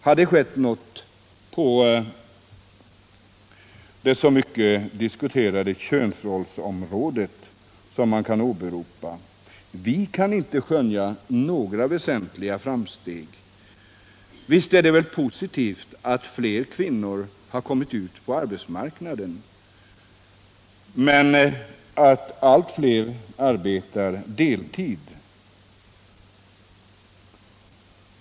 Har det skett något på det så mycket diskuterade könsrollsområdet som man kan åberopa? Vi kan inte skönja några väsentliga framsteg. Visst är det positivt att fler kvinnor har kommit ut på arbetsmarknaden, men allt fler arbetar på deltid.